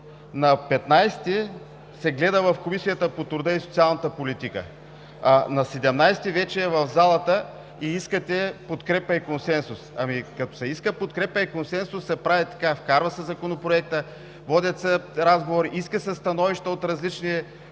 На 15 юли се гледа в Комисията по труда и социалната политика, а на 17 юли вече е в залата и искате подкрепа и консенсус. Като се иска подкрепа и консенсус, се прави така – вкарва се Законопроектът, водят се разговори, искат се становища от различни